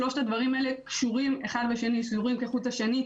גם אם הוא נועד להאיר זרקור על מקומות שהם פחות נעימים,